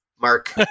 Mark